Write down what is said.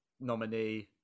nominee